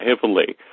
heavily